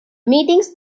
meetings